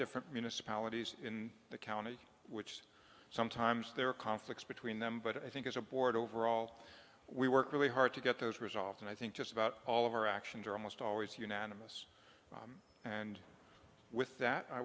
different municipalities in the county which sometimes there are conflicts between them but i think as a board overall we work really hard to get those resolved and i think just about all of our actions are almost always unanimous and with that i